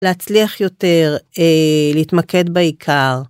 להצליח יותר להתמקד בעיקר.